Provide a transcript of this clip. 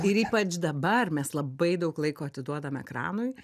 ir ypač dabar mes labai daug laiko atiduodam ekranui